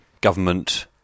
government